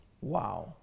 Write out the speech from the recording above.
Wow